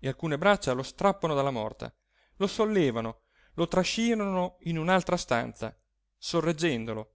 e alcune braccia lo strappano dalla morta lo sollevano lo trascinano in un'altra stanza sorreggendolo